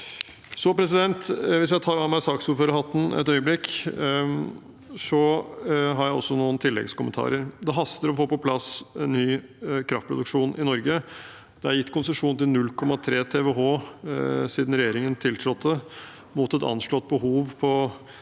i Norge. Hvis jeg tar av meg saksordførerhatten et øyeblikk, har jeg også noen tilleggskommentarer. Det haster med å få på plass ny kraftproduksjon i Norge. Det er gitt konsesjon til 0,3 TWh siden regjeringen tiltrådte, mot et anslått behov på